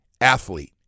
athlete